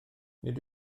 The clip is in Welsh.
nid